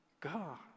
God